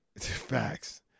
Facts